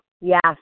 Yes